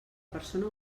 persona